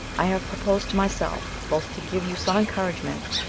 i have proposed to myself both to give you some encouragement,